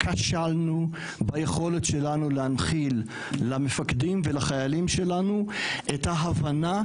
כשלנו ביכולת שלנו להנחיל למפקדים ולחיילים שלנו את ההבנה,